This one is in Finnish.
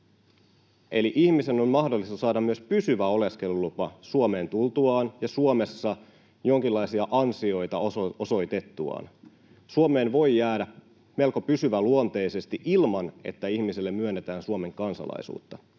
Eli ihmisen on mahdollista saada myös pysyvä oleskelulupa Suomeen tultuaan ja Suomessa jonkinlaisia ansioita osoitettuaan. Suomeen voi jäädä melko pysyväluonteisesti ilman, että ihmiselle myönnetään Suomen kansalaisuutta.